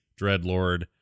dreadlord